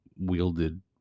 wielded